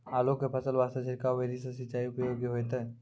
आलू के फसल वास्ते छिड़काव विधि से सिंचाई उपयोगी होइतै?